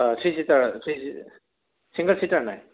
অ' three seater three single seater নাই